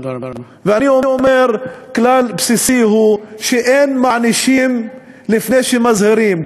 אני אומר שכלל בסיסי הוא שאין מענישים לפני שמזהירים.